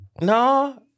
No